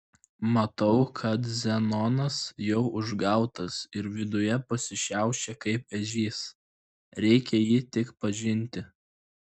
matau kad zenonas jau užgautas ir viduje pasišiaušė kaip ežys reikia jį tik pažinti